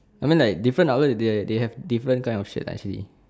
I mean like different outlet they they have different kind of shirt actually